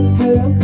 hello